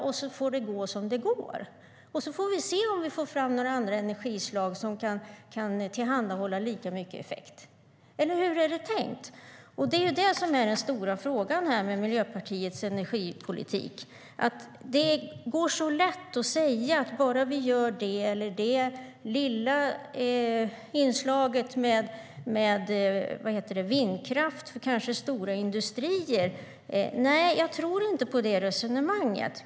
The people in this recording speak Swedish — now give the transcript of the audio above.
Och sedan får det gå som det går, och vi får se om vi får fram några andra energislag som kan tillhandahålla lika mycket effekt. Eller hur är det tänkt? Det är det som är den stora frågan med Miljöpartiets energipolitik. Det går så lätt att säga att vi bara ska göra det eller det och ha det lilla inslaget av vindkraft för stora industrier. Nej, jag tror inte på det resonemanget.